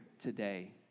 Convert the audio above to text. today